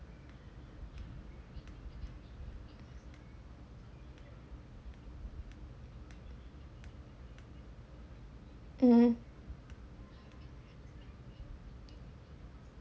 mmhmm